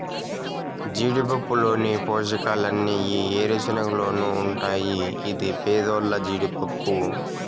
జీడిపప్పులోని పోషకాలన్నీ ఈ ఏరుశనగలోనూ ఉంటాయి ఇది పేదోల్ల జీడిపప్పు